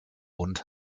und